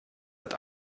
hat